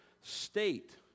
state